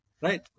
right